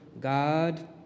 god